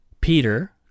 Peter